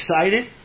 excited